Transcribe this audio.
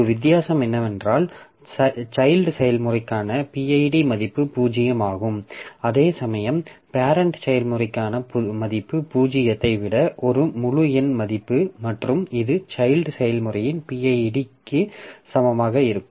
ஒரே வித்தியாசம் என்னவென்றால் சைல்ட் செயல்முறைக்கான pid மதிப்பு பூஜ்ஜியமாகும் அதே சமயம் பேரெண்ட் செயல்முறைக்கான மதிப்பு பூஜ்ஜியத்தை விட ஒரு முழு எண் மதிப்பு மற்றும் இது சைல்ட் செயல்முறையின் pid சமமாக இருக்கும்